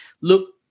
look